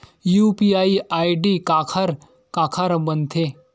UPI ID काखर काखर बनथे?